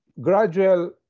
gradual